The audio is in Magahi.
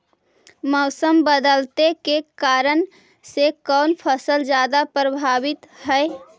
मोसम बदलते के कारन से कोन फसल ज्यादा प्रभाबीत हय?